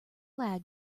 lag